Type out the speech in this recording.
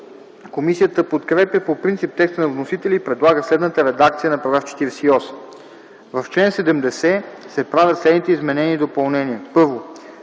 Комисията подкрепя по принцип текста на вносителя и предлага следната редакция на § 7: „§ 7. В чл. 25 се правят следните изменения: 1. Алинея